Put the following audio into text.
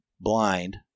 blind